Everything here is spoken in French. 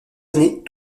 années